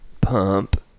pump